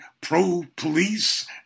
pro-police